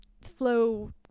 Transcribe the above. flow